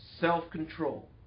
self-control